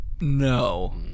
No